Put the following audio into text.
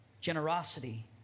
Generosity